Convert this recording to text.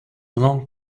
long